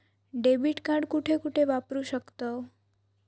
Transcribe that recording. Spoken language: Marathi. डेबिट कार्ड कुठे कुठे वापरू शकतव?